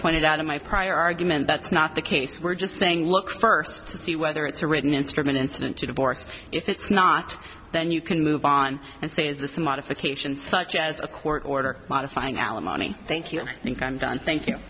pointed out in my prior argument that's not the case we're just saying look first to see whether it's a written instrument incident to divorce if it's not then you can move on and say is this a modification such as a court order modifying alimony thank you think i'm done thank you